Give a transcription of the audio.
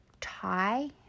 tie